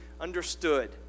understood